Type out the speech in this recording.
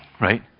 right